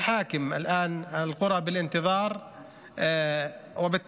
ראינו מה קרה בנחל חברון ומה קרה באזור אבו קרינאת,